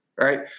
right